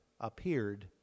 appeared